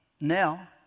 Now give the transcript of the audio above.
now